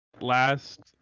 Last